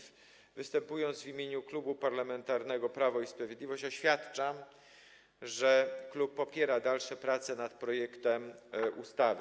Występując w imieniu Klubu Parlamentarnego Prawo i Sprawiedliwość, oświadczam, że klub popiera dalsze prace nad projektem ustawy.